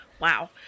Wow